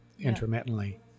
intermittently